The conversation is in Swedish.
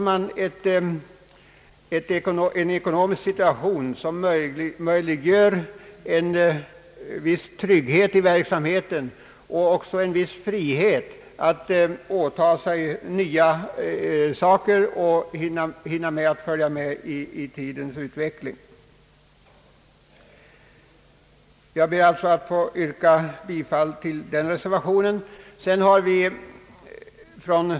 Den ekonomiska situationen möjliggör då en viss trygghet i verksamheten och en viss frihet för organisationen att åtaga sig nya saker och få tid att följa med i utvecklingen. Jag ber alltså att få yrka bifall till reservation 4.